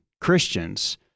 Christians